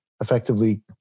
Effectively